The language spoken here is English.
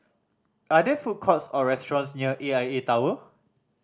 are there food courts or restaurants near A I A Tower